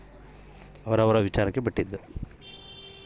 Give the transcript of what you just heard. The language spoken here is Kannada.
ಪ್ರೈವೇಟ್ ಬ್ಯಾಂಕ್ ಕೊಡೊ ಸೌಲತ್ತು ನಂಬಬೋದ?